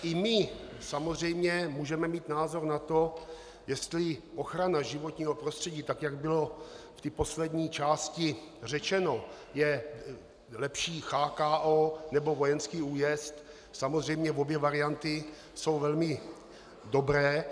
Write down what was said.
I my samozřejmě můžeme mít názor na to, jestli ochrana životního prostředí, tak jak bylo v poslední části řečeno, jestli je lepší CHKO, nebo vojenský újezd, samozřejmě obě varianty jsou velmi dobré.